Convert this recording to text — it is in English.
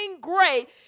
great